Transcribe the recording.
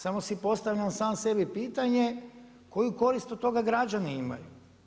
Samo si postavljam sam sebi pitanje koju korist od toga građani imaju?